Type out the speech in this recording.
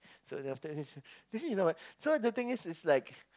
so then after this then you know what so the thing is is like